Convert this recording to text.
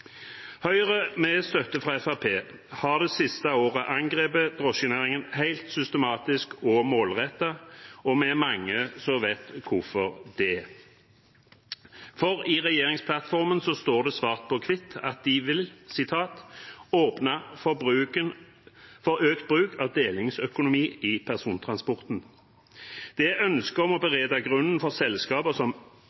Høyre, med støtte fra Fremskrittspartiet, har det siste året angrepet drosjenæringen helt systematisk og målrettet, og vi er mange som vet hvorfor. For i regjeringsplattformen står det svart på hvitt at de vil «åpne for økt bruk av delingsøkonomi i persontransporten». Det er ønsket om å